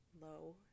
low